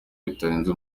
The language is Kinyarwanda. bitarenze